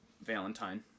Valentine